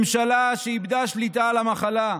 ממשלה שאיבדה שליטה על המחלה.